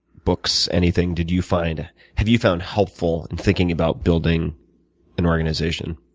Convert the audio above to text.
books, anything, did you find have you found helpful in thinking about building an organization?